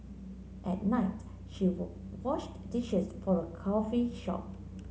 at night she washed dishes for a coffee shop